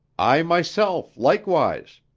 i myself likewise,